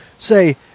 Say